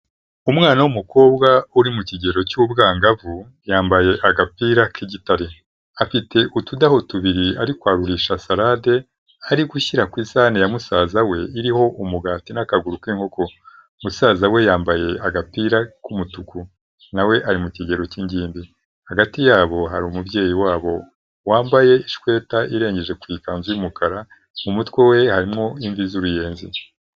Umwana w'umukobwa uri mu kigero cy'ubwangavu yambaye agapira k'igitare, afite utudaho tubiri ari kwarurisha salade ari gushyira ku isahane ya musaza we iriho umugati n'akaguru k'inko, musaza we yambaye agapira k'umutuku nawe we ari mu kigero cy'ingimbi, hagati yabo hari umubyeyi wabo wambaye ishweta irengeje ku ikanzu y'umukara mu mutwe we harimo imvi z'uruyenzi.